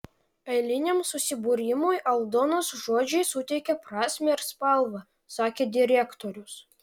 eiliniam susibūrimui aldonos žodžiai suteikia prasmę ir spalvą sakė direktorius